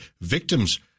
victim's